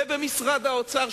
ובמשרד האוצר,